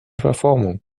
verformung